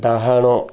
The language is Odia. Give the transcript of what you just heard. ଡାହାଣ